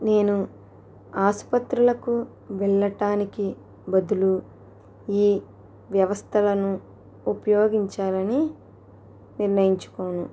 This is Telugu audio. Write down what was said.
నేను ఆసుపత్రులకు వెళ్ళటానికి బదులు ఈ వ్యవస్థలను ఉపయోగించాలని నిర్ణయించుకోను